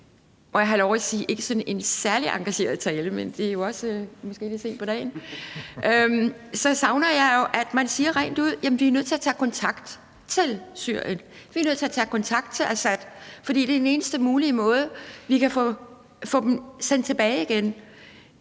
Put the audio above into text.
må jeg have lov at sige, en sådan ikke særlig engageret tale, men det er måske også lidt sent på dagen, så savner jeg jo, at man siger rent ud, at vi er nødt til at tage kontakt til Syrien, vi er nødt til at tage kontakt til Assad, fordi det er den eneste mulige måde, vi kan få sendt dem tilbage igen